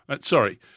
sorry